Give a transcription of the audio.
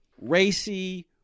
racy